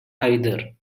either